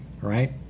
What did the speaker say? right